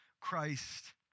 Christ